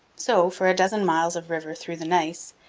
so, for a dozen miles of river through the gneiss,